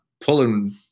pulling